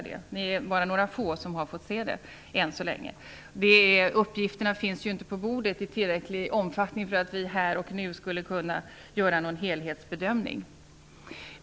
Det är bara några få som har fått se det än så länge. Uppgifterna finns ju inte på bordet i tillräcklig omfattning för att vi här och nu skall kunna göra någon helhetsbedömning.